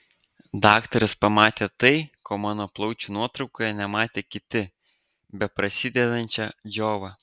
daktaras pamatė tai ko mano plaučių nuotraukoje nematė kiti beprasidedančią džiovą